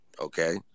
okay